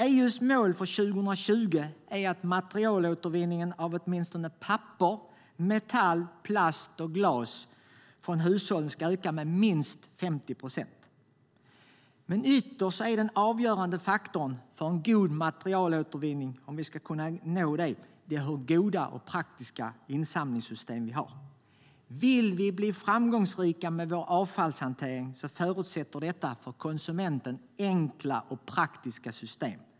EU:s mål för 2020 är att materialåtervinningen av åtminstone papper, metall, plast och glas från hushållen ska öka med minst 50 procent. Men ytterst när det gäller att kunna uppnå en god materialåtervinning är den avgörande faktorn hur goda och praktiska insamlingssystem vi har. Vill vi bli framgångsrika med vår avfallshantering förutsätter det för konsumenten enkla och praktiska system.